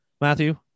Matthew